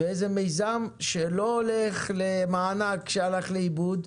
זה מיזם שלא הולך למענק שהלך לאיבוד.